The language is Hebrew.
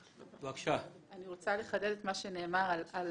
אני רוצה לחדד את מה שנאמר על